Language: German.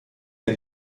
der